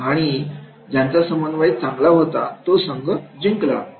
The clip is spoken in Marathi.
आणि ज्यांचा समन्वय चांगला होता तो संघ जिंकला